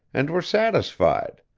and were satisfied.